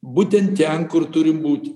būtent ten kur turim būti